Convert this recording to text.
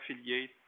affiliate